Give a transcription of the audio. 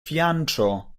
fianĉo